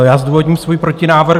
Já zdůvodním svůj protinávrh.